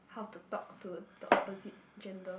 how to talk to the opposite gender